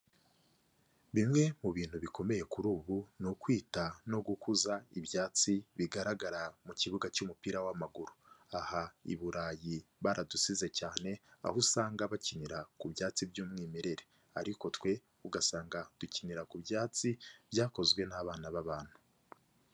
Bimwe mu bintu bikomeye kuri ubu ni ukwita no gukuza ibyatsi bigaragara mu kibuga cy'umupira w'amaguru. Aha i Burayi baradusize cyane aho usanga bakinira ku byatsi by'umwimerere ariko twe ugasanga dukinira ku byatsi byakozwe n'abana b'abantu.